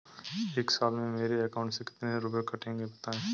एक साल में मेरे अकाउंट से कितने रुपये कटेंगे बताएँ?